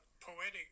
poetic